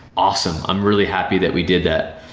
awesome, i'm really happy that we did that.